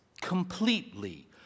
completely